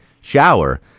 shower